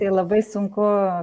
tai labai sunku